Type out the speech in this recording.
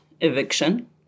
eviction